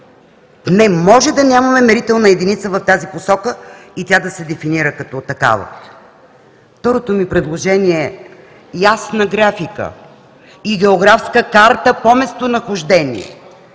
Не може да нямаме мерителна единица в тази посока и тя да се дефинира като такава. Второто ми предложение – ясна графика и географска карта по местонахождение.